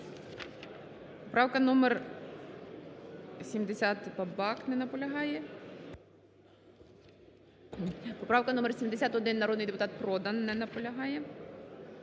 Поправка номер 230, народний депутат Новак. Не наполягає.